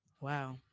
Wow